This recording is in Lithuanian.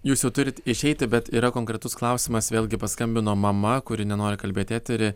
jūs jau turit išeiti bet yra konkretus klausimas vėlgi paskambino mama kuri nenori kalbėti etery